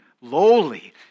lowly